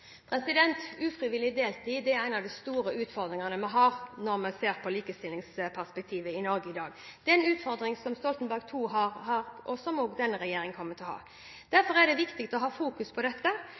Ufrivillig deltid er en av de store utfordringene vi har når vi ser på likestillingsperspektivet i Norge i dag. Det er en utfordring som Stoltenberg II-regjeringen har hatt, og som også denne regjeringen kommer til å ha. Derfor er det viktig å ha fokus på dette.